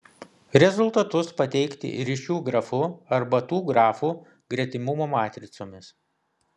rezultatus pateikti ryšių grafu arba tų grafų gretimumo matricomis